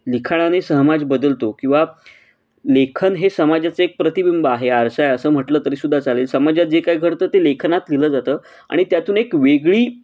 लिखाणाने समाज बदलतो किंवा लेखन हे समाजाचं एक प्रतिबिंब आहे आरसा आहे असं म्हटलं तरीसुद्धा चालेल समाजात जे काय घडतं ते लेखनात लिहिलं जातं आणि त्यातून एक वेगळी